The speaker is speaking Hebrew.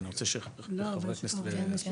כי אני רוצה שחברי הכנסת יספיקו.